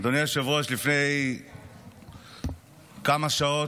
אדוני היושב-ראש, לפני כמה שעות,